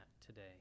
today